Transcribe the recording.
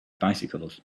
bicycles